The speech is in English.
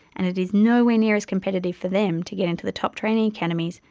and it is nowhere near as competitive for them to get into the top training academies,